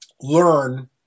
learn